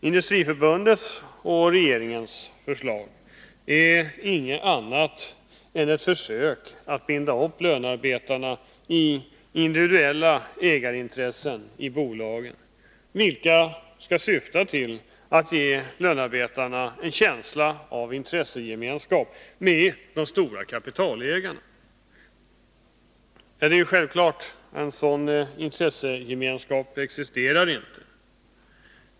Industriförbundets och regeringens förslag är ingenting annat än ett försök att binda upp lönarbetarna genom individuella ägarintressen i bolagen, vilka skall syfta till att ge lönarbetarna en känsla av intressegemenskap med de stora kapitalägarna. Det är självklart att det inte existerar en sådan intressegemenskap.